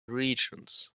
regions